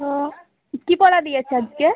হুম কী পড়া দিয়েছে আজকে